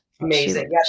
Amazing